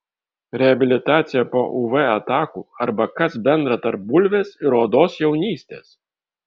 reabilitacija po uv atakų arba kas bendra tarp bulvės ir odos jaunystės